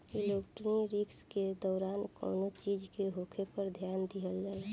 liquidity risk के दौरान कौनो चीज के होखे पर ध्यान दिहल जाला